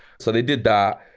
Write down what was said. so they did that,